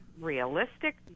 realistic